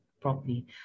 properly